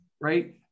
Right